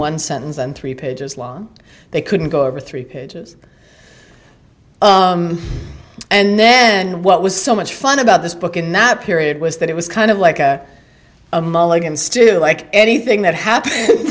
one sentence and three pages long they couldn't go over three pages and then what was so much fun about this book in that period was that it was kind of like a a mulligan stew like anything that happen